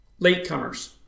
latecomers